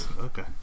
Okay